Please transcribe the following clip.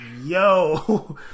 Yo